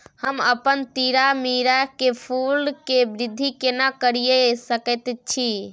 हम अपन तीरामीरा के फूल के वृद्धि केना करिये सकेत छी?